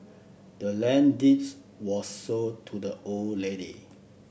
the land deeds was sold to the old lady